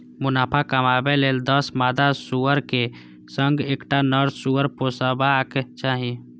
मुनाफा कमाबै लेल दस मादा सुअरक संग एकटा नर सुअर पोसबाक चाही